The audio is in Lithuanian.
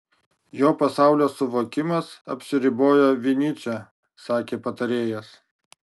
jo pasaulio suvokimas apsiriboja vinycia sakė patarėjas